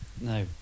no